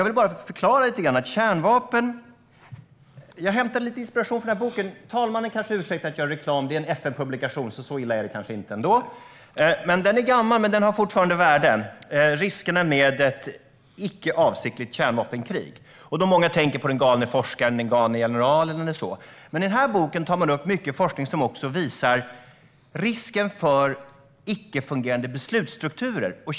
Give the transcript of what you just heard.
Jag har hämtat inspiration från en bok - talmannen kanske ursäktar att jag gör reklam men det är en FN-publikation om riskerna med ett icke avsiktligt kärnvapenkrig. Boken är gammal, men den har fortfarande ett värde. Många tänker på den galne forskaren och den galne generalen, men i den här boken tar man upp mycket forskning som också visar risken för icke fungerande beslutsstrukturer.